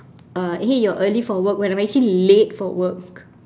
uh hey you're early for work when I'm actually late for work